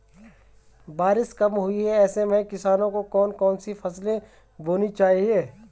बारिश कम हुई है ऐसे में किसानों को कौन कौन सी फसलें बोनी चाहिए?